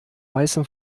weißem